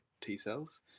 T-cells